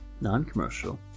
Non-Commercial